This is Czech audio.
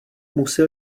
musil